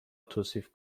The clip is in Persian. توصیف